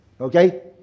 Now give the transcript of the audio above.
Okay